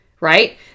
right